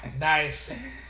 Nice